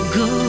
go